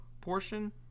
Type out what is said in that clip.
portion